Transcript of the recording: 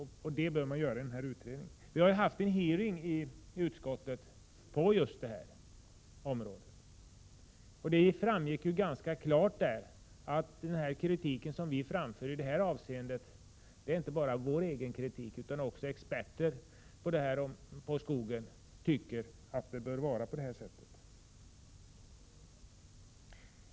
Vi har haft en hearing i jordbruksutskottet om just detta område. Det framgick då ganska klart att den kritik vi framför i detta avseende inte bara är vår egen kritik. Även experter på skog håller med.